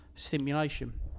stimulation